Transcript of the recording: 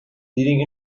leading